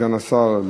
סגן השר,